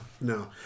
no